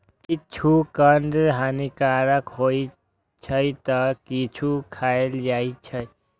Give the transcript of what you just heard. किछु कंद हानिकारक होइ छै, ते किछु खायल जाइ छै